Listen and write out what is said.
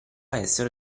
essere